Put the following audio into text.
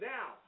Now